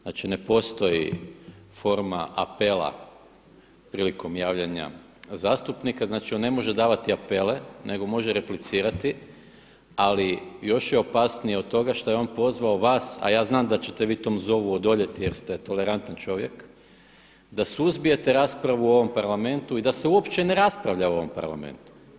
Znači ne postoji forma apela prilikom javljanja zastupnika, znači on ne može davati apele nego može replicirati, ali još je opasnije od toga što je on pozvao vas, a ja znam da ćete vi tom zovu odoljeti jer ste tolerantan čovjek, da suzbijete raspravu u ovom Parlamentu i da se uopće ne raspravlja u ovom Parlamentu.